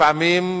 לפעמים,